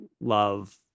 love